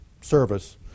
service